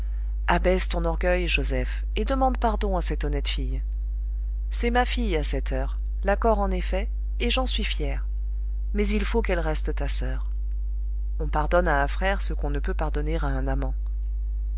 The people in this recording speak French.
abaisse ton orgueil joseph et demande pardon à cette honnête fille c'est ma fille à cette heure l'accord en est fait et j'en suis fier mais il faut qu'elle reste ta soeur on pardonne à un frère ce qu'on ne peut pardonner à un amant